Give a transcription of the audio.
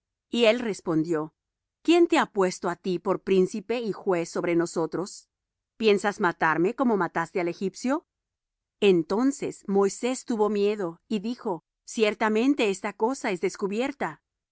y él respondió quién te ha puesto á ti por príncipe y juez sobre nosotros piensas matarme como mataste al egipcio entonces moisés tuvo miedo y dijo ciertamente esta cosa es descubierta